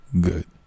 Good